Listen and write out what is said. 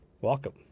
Welcome